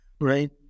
right